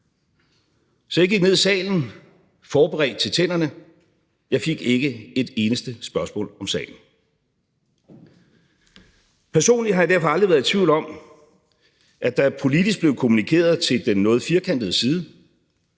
Så jeg gik ned i salen, forberedt til tænderne, men jeg fik ikke et eneste spørgsmål om sagen. Personligt har jeg derfor aldrig været i tvivl om, at der politisk blev kommunikeret til den noget firkantede side,